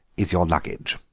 is your luggage?